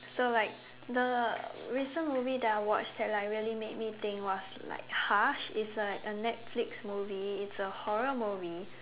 so like the recent movie that I watched that like really made me think was like Hush it's like a Netflix movie it's a horror movie